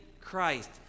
Christ